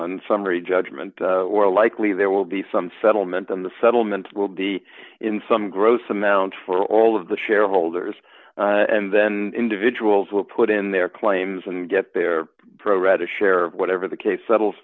on summary judgment or likely there will be some settlement on the settlement will be in some gross amount for all of the shareholders and then individuals will put in their claims and get their pro rata share of whatever the case settles